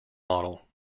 model